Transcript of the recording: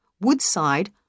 Woodside